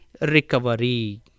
recovery